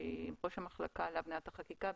שהיא ראש המחלקה להבניית החקיקה,